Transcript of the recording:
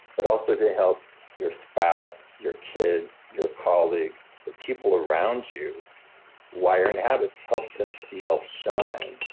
but also to help your spouse, your kids, your colleagues, the people around you wire in habits, help them feel shine.